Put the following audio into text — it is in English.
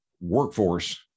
workforce